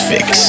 Fix